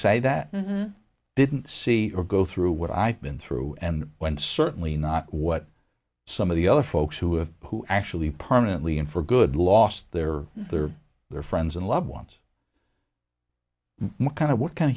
say that i didn't see or go through what i've been through and when certainly not what some of the other folks who have who actually permanently and for good lost their their their friends and loved ones what kind of what kind of